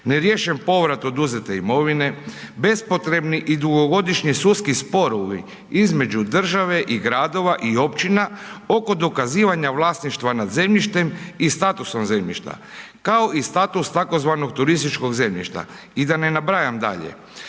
neriješen povrat oduzete mirovine, bespotrebni i dugogodišnji sudski sporovi između države i gradova i općina oko dokazivanja vlasništva nad zemljištem i statusom zemljišta, kao i status tzv. turističkog zemljišta. I da ne nabrajam dalje,